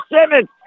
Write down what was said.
Simmons